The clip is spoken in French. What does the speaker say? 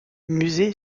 musée